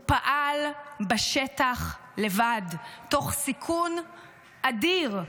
הוא פעל בשטח לבד, תוך סיכון אדיר.